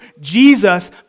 Jesus